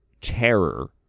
terror